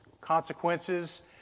Consequences